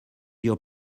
your